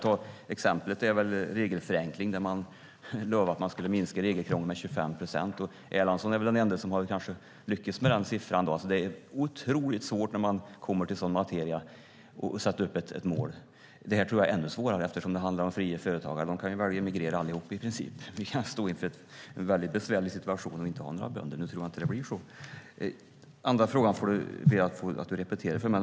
Exemplet är väl regelförenklingar. Där lovade man att man skulle minska regelkrånglet med 25 procent. Erlandsson är väl den enda som kanske har lyckats med den siffran. Det är otroligt svårt, när man kommer till sådan materia, att sätta upp ett mål. Detta tror jag är ännu svårare, eftersom det handlar om fria företagare, som i princip kan välja att emigrera allihop, så att vi kan stå inför en mycket besvärlig situation att inte ha några bönder, även om jag inte tror att det blir så. Den andra frågan ber jag att du repeterar för mig.